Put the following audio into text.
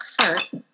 first